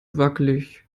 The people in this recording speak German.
wackelig